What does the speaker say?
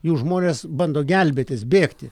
jų žmonės bando gelbėtis bėgti